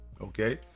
Okay